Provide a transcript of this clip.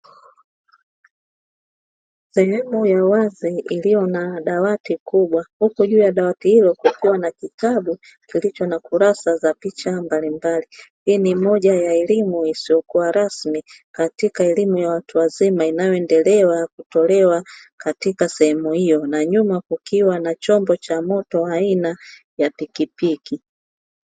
Sehemu ya wazi iliyo na dawati kubwa huku juu ya dawati hilo kukiwa na kitabu kilicho na kurasa za picha mbalimbali, hii ni moja ya elimu isiyokuwa rasmi katika elimu ya watu wazima inayoendelea kutolewa katika sehemu hiyo na nyuma kukiwa na chombo cha moto aina ya pikipiki.